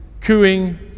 cooing